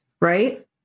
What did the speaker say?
right